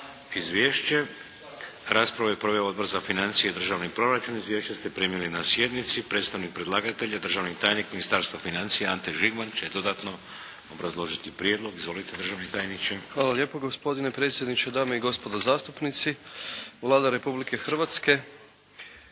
Hvala lijepo gospodine predsjedniče, dame i gospodo zastupnici Vlada Republike Hrvatske